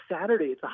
Saturday